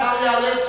השר יעלה,